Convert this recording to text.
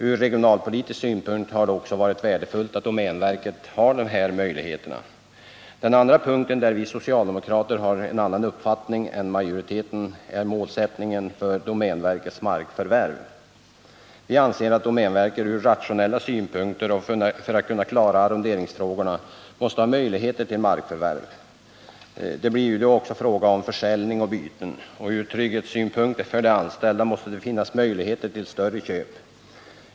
Ur regionalpolitisk synpunkt har det också varit värdefullt att domänverket har den här möjligheten. Den andra punkt där vi socialdemokrater har en annan uppfattning än majoriteten är målsättningen för domänverkets markförvärv. Vi anser att domänverket ur rationella synpunkter och för att kunna klara arronderingsfrågorna måste ha möjligheter till markförvärv. Det blir ju då också fråga om försäljningar och byten. Ur trygghetssynpunkt för de anställda måste det finnas möjligheter till större köp.